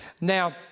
Now